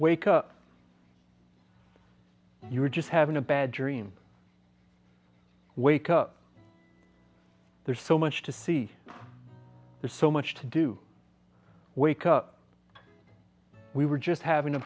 wake up you're just having a bad dream wake up there's so much to see there's so much to do wake up we were just having a